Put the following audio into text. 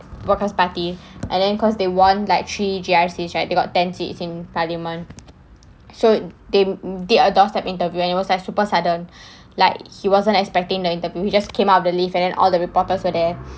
workers' party and then because they won like three G_R_C right they got ten seats in parliament so they did a doorstep interview and it was like super sudden like he wasn't expecting the interview he just came out of the lift and and all the reporters were there